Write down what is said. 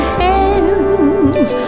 hands